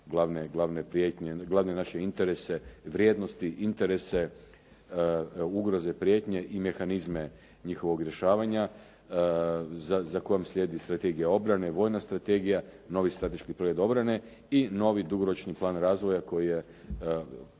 naše interese, vrijednosti, interese, ugroze, prijetnje i mehanizme njihovog rješavanja za kojom slijedi Strategije obrane, Vojna strategija, novi strateški pregled obrane i novi dugoročni plan razvoja koji je